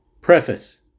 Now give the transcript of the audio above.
Preface